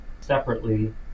separately